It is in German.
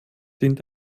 dient